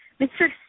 Mr